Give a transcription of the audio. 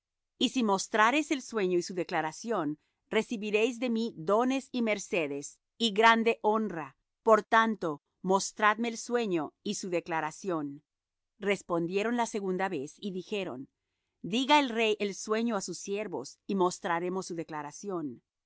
y si mostrareis el sueño y su declaración recibiréis de mí dones y mercedes y grande honra por tanto mostradme el sueño y su declaración respondieron la segunda vez y dijeron diga el rey el sueño á sus siervos y mostraremos su declaración